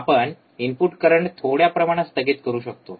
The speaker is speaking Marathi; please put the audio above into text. आपण इनपुट करंट थोड्या प्रमाणात स्थगित करू शकतो